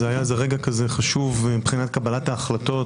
היה רגע חשוב מבחינת קבלת ההחלטות,